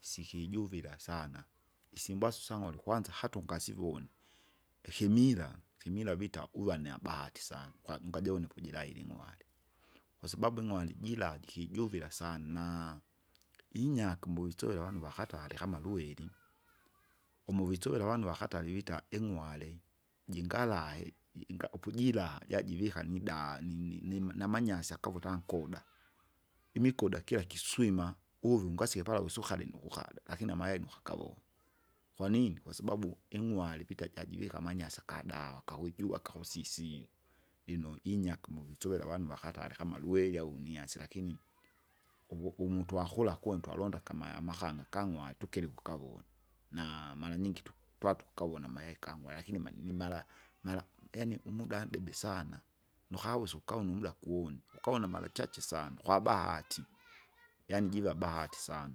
Sikijuvila sana, isimbwasu syang'wale kwanza hatu ungasivona, ikimila, ikimila vita uve niahabahati sana, kwa ungajone pojila ili ng'wale. Kwasababu ingwale jira jikijuvira sana naa, inyake umbuvisuvila avanu vakatale kama lueli, umo visuvila avanu vakatali vita, ing'wale, jingalahe ji- nga upujilaha jajiika nidaa ni- ni- nim- namanyasi akavuta nkuda. Imikuda kila kiswima, ulu ngasie pala vusukale nukukada. lakini amaheduka gavo, kwanini? kwasababu ing'wale vita jajivika amanyasi akadawa kahujua kausisile, lino inyakama uvusovela avanu vakatale kama lueri au uniasai lakini, uvu- umutwa akula kuntwa alonda kamaya amakana kang'wale tukili ukukavona, na maranyingi tu- twatukukawona mayai gang'wale, lakini mani- nimala, mala yaani umuda andebe sana, nukawesa ukawa numda kuone, ukawa na marachache sana, kwa bahati yaani jiva bahati sana.